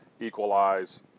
equalize